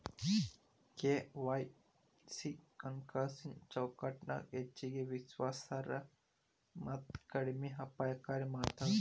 KYC ಹಣಕಾಸಿನ್ ಚೌಕಟ್ಟನ ಹೆಚ್ಚಗಿ ವಿಶ್ವಾಸಾರ್ಹ ಮತ್ತ ಕಡಿಮೆ ಅಪಾಯಕಾರಿ ಮಾಡ್ತದ